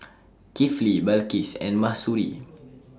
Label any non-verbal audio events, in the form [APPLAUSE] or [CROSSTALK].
[NOISE] Kifli Balqis and Mahsuri